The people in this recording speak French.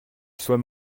soient